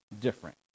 different